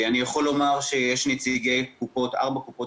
אני יכול לומר שיש נציגי ארבעת קופות